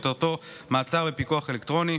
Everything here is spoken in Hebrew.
שכותרתו "מעצר בפיקוח אלקטרוני".